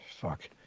fuck